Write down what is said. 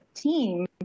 team